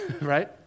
right